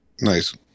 Nice